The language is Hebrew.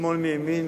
משמאל ומימין,